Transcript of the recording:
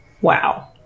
Wow